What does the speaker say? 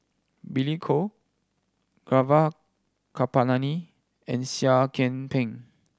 Billy Koh Gaurav Kripalani and Seah Kian Peng